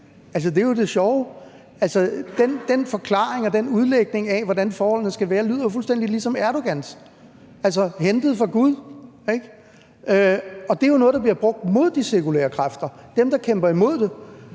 Det er jo det sjove. Den forklaring og den udlægning af, hvordan forholdene skal være, lyder fuldstændig ligesom Erdogans, altså hentet fra Gud, ikke? Det er jo noget, der bliver brugt imod de sekulære kræfter, dem, der kæmper imod det.